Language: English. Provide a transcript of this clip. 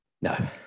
No